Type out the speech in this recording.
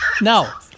Now